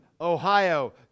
Ohio